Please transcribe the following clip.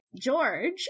George